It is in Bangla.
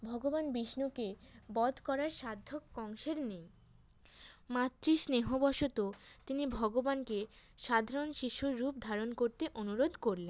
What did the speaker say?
ভগবান বিষ্ণুকে বধ করার সাধ্য কংসের নেই মাতৃস্নেহবশত তিনি ভগবানকে সাধারণ শিশুর রূপ ধারণ করতে অনুরোধ করলেন